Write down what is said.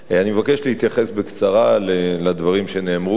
אני מבקש להתייחס בקצרה לדברים שנאמרו כאן.